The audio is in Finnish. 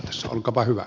olkaapa hyvä